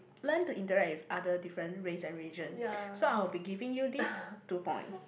learn to interact with other different race and religion so I'll be giving you this two point